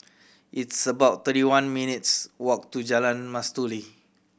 it's about thirty one minutes' walk to Jalan Mastuli